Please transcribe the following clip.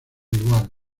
igual